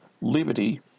liberty